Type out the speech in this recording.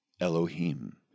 Elohim